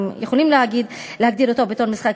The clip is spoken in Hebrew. אם יכולים להגדיר זאת בתור משחק.